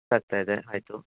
ಅರ್ಥ ಆಗ್ತಾ ಇದೆ ಆಯಿತು